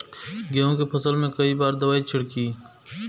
गेहूँ के फसल मे कई बार दवाई छिड़की?